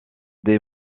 des